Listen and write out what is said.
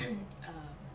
um